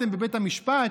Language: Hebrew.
אתם בבית המשפט.